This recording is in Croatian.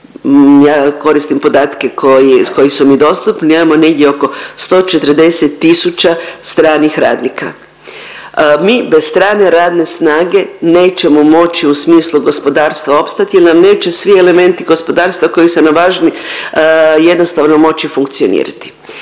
ja koristim podatke koji su mi dostupni, imamo negdje oko 140 tisuća stranih radnika. Mi bez strane radne snage nećemo moći u smislu gospodarstva opstati jer nam neće svi elementi gospodarstva koji su nam važni jednostavno moći funkcionirati.